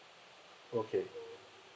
okay